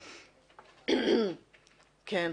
כן.